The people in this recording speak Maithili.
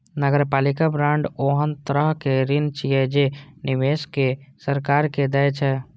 नगरपालिका बांड ओहन तरहक ऋण छियै, जे निवेशक सरकार के दै छै